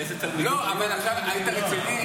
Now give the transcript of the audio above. אבל עכשיו אתה רציני?